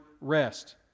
rest